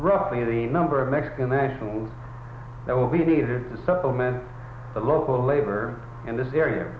roughly the number of mexican nationals that will be needed to supplement the local labor in this area